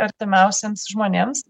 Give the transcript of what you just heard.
artimiausiems žmonėms